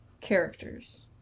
characters